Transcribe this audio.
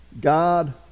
God